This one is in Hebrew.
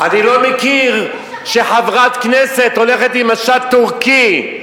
אני לא מכיר שחברת כנסת הולכת עם משט טורקי,